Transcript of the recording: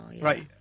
Right